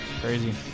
Crazy